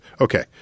Okay